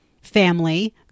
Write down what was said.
family